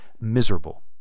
miserable